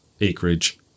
acreage